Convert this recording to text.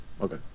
okay